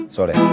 Sorry